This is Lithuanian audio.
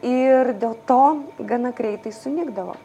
ir dėl to gana greitai sunykdavo